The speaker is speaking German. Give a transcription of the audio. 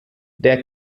der